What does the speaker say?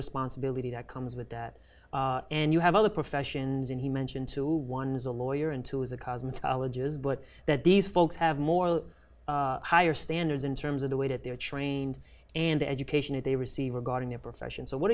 responsibility that comes with that and you have other professions and he mentioned two one is a lawyer and two is a cosmetologist but that these folks have moral higher standards in terms of the way that they're trained and education that they receive regarding their profession so what